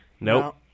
Nope